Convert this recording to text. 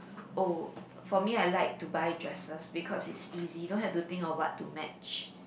oh for me I like to buy dresses because it's easy you don't have to think of what to match